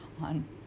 on